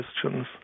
questions